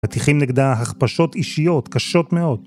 מטיחים נגדה הכפשות אישיות קשות מאוד.